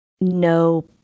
no